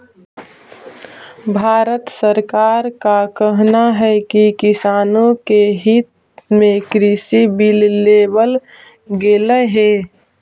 भारत सरकार का कहना है कि किसानों के हित में कृषि बिल लेवल गेलई हे